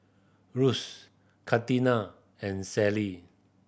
Russ Catina and Sally